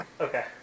Okay